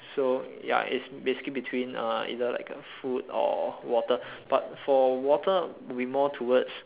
so ya it's basically between uh either food or water but for water would be more towards